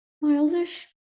miles-ish